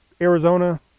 Arizona